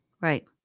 Right